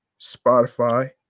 Spotify